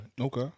Okay